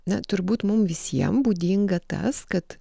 na turbūt mum visiem būdinga tas kad